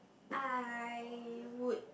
I would